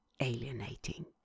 alienating